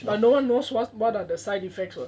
but but no one knows what what are the side effects [what]